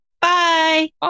Bye